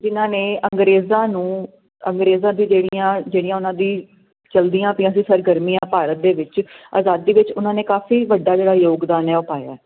ਜਿਹਨਾਂ ਨੇ ਅੰਗਰੇਜ਼ਾਂ ਨੂੰ ਅੰਗਰੇਜ਼ਾਂ ਦੀਆਂ ਜਿਹੜੀਆਂ ਜਿਹੜੀ ਉਹਨਾਂ ਦੀ ਚੱਲਦੀਆਂ ਪਈਆਂ ਸੀ ਸਰਗਰਮੀਆਂ ਭਾਰਤ ਦੇ ਵਿੱਚ ਆਜ਼ਾਦੀ ਵਿੱਚ ਉਹਨਾਂ ਨੇ ਕਾਫੀ ਵੱਡਾ ਜਿਹੜਾ ਯੋਗਦਾਨ ਏ ਉਹ ਪਾਇਆ